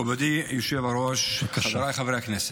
מכובדי היושב-ראש, חבריי חברי הכנסת,